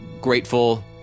grateful